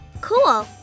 Cool